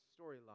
storyline